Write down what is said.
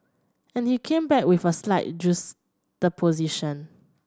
and he came back with a slight juxtaposition